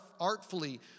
artfully